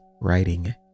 writing